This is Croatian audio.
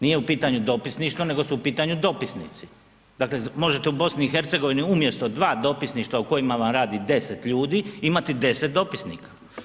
Nije u pitanju dopisništvo nego su u pitanju dopisnici, dakle možete u BiH-u umjesto dva dopisništva u kojima vam radi 10 ljudi, imati 10 dopisnika.